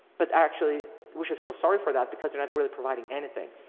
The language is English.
but actually we should feel sorry for that because they're not really providing anything.